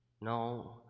No